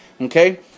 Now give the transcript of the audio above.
Okay